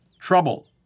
trouble